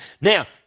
Now